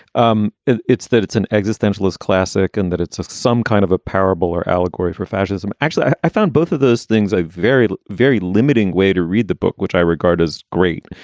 um it's that it's an existential is classic and that it's a some kind of a parable or allegory for fascism. actually, i i found both of those things a very, very limiting way to read the book, which i regard as great.